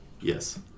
Yes